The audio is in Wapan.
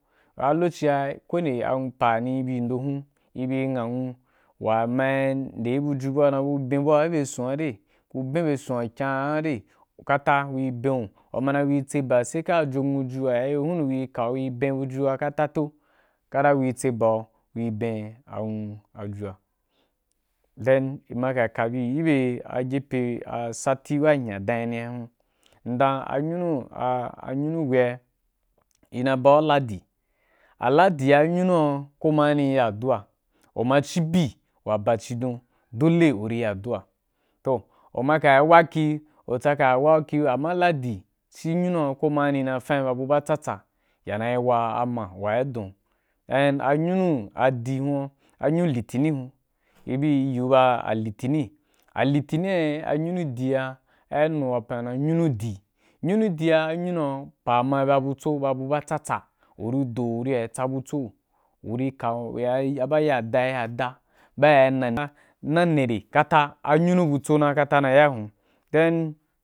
A lokoci bi ko wani pa ni yi bin ndo hun yi bi nyanwu wa ma yi nde buju bu wa na yi ben gi bye sun wa re ku ben bye sun wa kyan re kata ku yi ben wu, gu ma dan ku ri ka yi tse yi ba sai ka je nwu ju wa i yo yi ka gu ku yi ben wu, yu ma dai ku ri ka yi tse yi ba sai kaje nwu ju wa iyo yi ka gu ku yi ben buju wa ka ta ta kata ku yi tse bau. Ku yi ben a nwu a juwa. Then i ma ka kabi yi be a gepe a sati ba m’unya ka danyi ni hyan hun, mdan a nyunu a, a nyunu wei ꞌa ina ba ꞌu ladi, a ladi ‘a ‘a nyunu a ko ma gani n ya addua u ma ci bi wa ba cidon dole u ri addua’a toh u ma ka yi ya hwa ki, u tsaka, ya wa’aki u amma ladi ci nyunu a ko ma gani na fan yi ba bu ba tsatsa ya na’i wa ama wa yi don. Then a nyunu adi huan a nyun litini hun i bi yi gu ba a litini, a litini a nyun adi a ai wapan iyī gu ba nyunu adi, nyunu adi a’ a nyunu’a pa ba butso ko u ba bu ba tsatsa uri do uri ya tsa butsoꞌu uri ya kau, ba ya da, ya da, ba’a ya nani re kata a nyunu butso na, na na yadiya hun then.